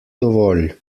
dovolj